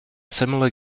similar